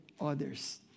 others